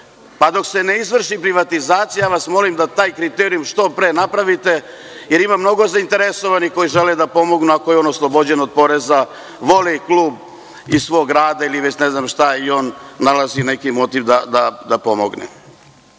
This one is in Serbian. Dok se ne izvrši privatizacija, ja vas molim da taj kriterijum što pre napravite, jer ima mnogo zainteresovanih koji žele da pomognu, ako je on oslobođen od poreza, voli klub iz svog grada ili već ne znam šta, i on nalazi neki motiv da pomogne. Šta